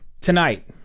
tonight